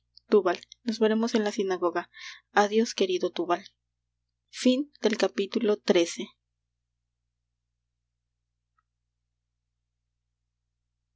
túbal nos veremos en la sinagoga adios querido